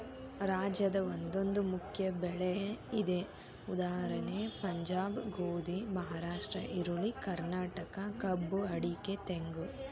ರಾಜ್ಯದ ಒಂದೊಂದು ಮುಖ್ಯ ಬೆಳೆ ಇದೆ ಉದಾ ಪಂಜಾಬ್ ಗೋಧಿ, ಮಹಾರಾಷ್ಟ್ರ ಈರುಳ್ಳಿ, ಕರ್ನಾಟಕ ಕಬ್ಬು ಅಡಿಕೆ ತೆಂಗು